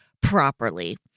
properly